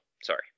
Sorry